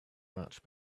much